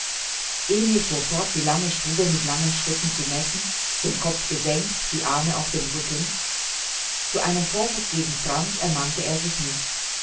emil fuhr fort die lange stube mit langen schritten zu messen den kopf gesenkt die arme auf dem rücken zu einem vorwurf gegen franz ermannte er sich nicht